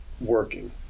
working